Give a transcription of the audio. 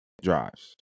drives